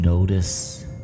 Notice